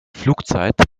flugzeit